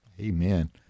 Amen